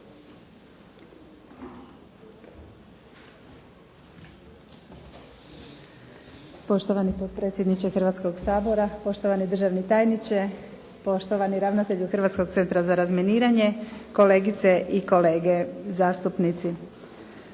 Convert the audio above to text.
Poštovani potpredsjedniče Hrvatskog sabora, poštovani državni tajniče, poštovani ravantelju Hrvatskog centra za razminiranje, kolegice i kolege zastupnici.